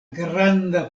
granda